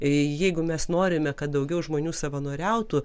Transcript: jeigu mes norime kad daugiau žmonių savanoriautų